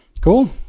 cool